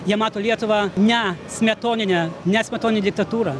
jie mato lietuvą ne smetoninę nes smetoninę diktatūrą